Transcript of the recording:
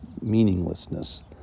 meaninglessness